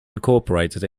incorporated